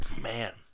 Man